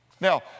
Now